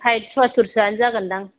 सायेद सवाथोर सोआनो जागोन्दां